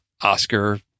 Oscar